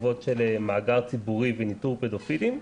תיבות של מאגר ציבורי וניטור פדופילים.